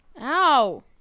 Ow